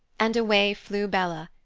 and away flew bella,